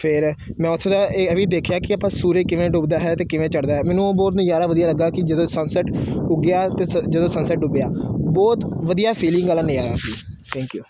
ਫਿਰ ਮੈਂ ਉੱਥੋਂ ਦਾ ਇ ਇਹ ਵੀ ਦੇਖਿਆ ਕਿ ਆਪਾਂ ਸੂਰਜ ਕਿਵੇਂ ਡੁੱਬਦਾ ਹੈ ਅਤੇ ਕਿਵੇਂ ਚੜਦਾ ਹੈ ਮੈਨੂੰ ਉਹ ਬਹੁਤ ਨਜ਼ਾਰਾ ਵਧੀਆ ਲੱਗਾ ਕਿ ਜਦੋਂ ਸਨਸੈੱਟ ਉੱਗਿਆ ਅਤੇ ਜਦੋਂ ਸਨਸੈੱਟ ਡੁੱਬਿਆ ਬਹੁਤ ਵਧੀਆ ਫੀਲਿੰਗ ਵਾਲਾ ਨਜ਼ਾਰਾ ਸੀ ਥੈਂਕ ਯੂ